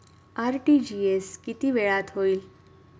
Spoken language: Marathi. आर.टी.जी.एस किती वेळात होईल?